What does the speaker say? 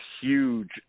huge